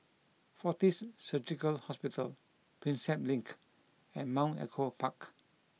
Fortis Surgical Hospital Prinsep Link and Mount Echo Park